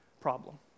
problem